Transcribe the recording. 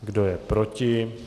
Kdo je proti?